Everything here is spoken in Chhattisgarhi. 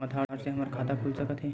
आधार से हमर खाता खुल सकत हे?